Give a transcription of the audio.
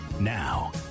Now